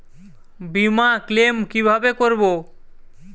বিমা ক্লেম কিভাবে করব?